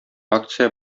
акция